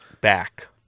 back